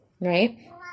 right